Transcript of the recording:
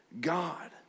God